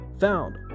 found